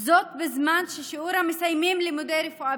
זאת בזמן ששיעור המסיימים לימודי רפואה